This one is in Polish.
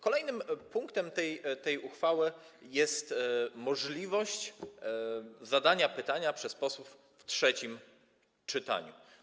Kolejnym punktem tej uchwały jest możliwość zadawania pytań przez posłów w trzecim czytaniu.